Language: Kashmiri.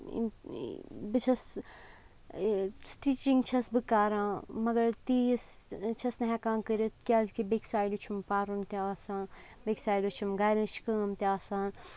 بہٕ چھَس سِٹِچِنٛگ چھَس بہٕ کَران مَگَر تیٖژ چھَس نہٕ ہٮ۪کان کٔرِتھ کیٛازِکہِ بیٚکہِ سایڈ چھُم پَرُن تہِ آسان بیٚکہِ سایڈ چھُم گَرِچ کٲم تہِ آسان